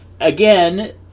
again